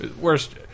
Worst